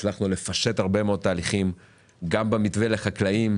הצלחנו לפשט הרבה מאוד תהליכים גם במתווה לחקלאים,